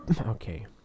Okay